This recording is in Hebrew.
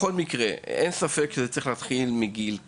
בכל מקרה, אין ספק שזה צריך להתחיל מגיל קטן.